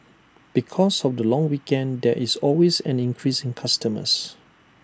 because of the long weekend there is always an increase in customers